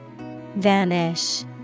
Vanish